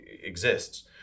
exists